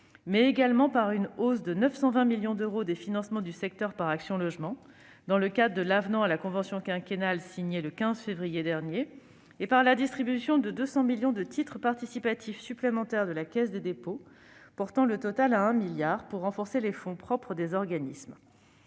mais également par une hausse de 920 millions d'euros des financements du secteur par Action Logement, dans le cadre de l'avenant à la convention quinquennale signé le 15 février dernier, et par la distribution de 200 millions d'euros de titres participatifs supplémentaires de la Caisse des dépôts et consignations, portant le total à 1 milliard d'euros, pour renforcer les fonds propres des organismes.